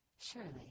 surely